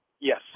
Yes